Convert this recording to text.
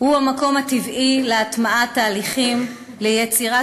הוא המקום הטבעי להטמעת תהליכים ליצירת